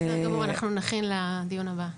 בסדר גמור, אנחנו נכין לדיון הבא.